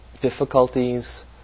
difficulties